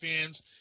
fans